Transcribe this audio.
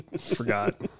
forgot